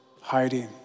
hiding